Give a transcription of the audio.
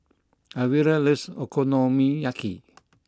Elvira loves Okonomiyaki